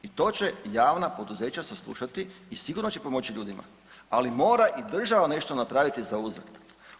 To će javna poduzeća saslušati i sigurno će pomoći ljudima, ali mora i država nešto napraviti za uzvrat.